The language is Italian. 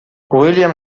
william